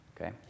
okay